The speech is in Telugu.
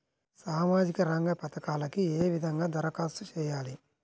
సామాజిక రంగ పథకాలకీ ఏ విధంగా ధరఖాస్తు చేయాలి?